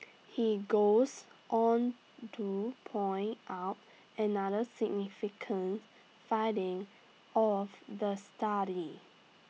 he goes on to point out another significant finding of the study